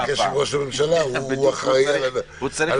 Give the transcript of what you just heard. ראש הממשלה אחראי על